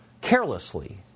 carelessly